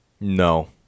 No